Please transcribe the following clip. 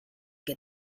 que